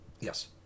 Yes